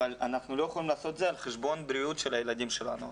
אבל אנחנו לא יכולים לעשות את זה על חשבון הבריאות של הילדים שלנו.